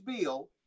bill